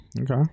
Okay